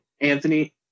Anthony